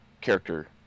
character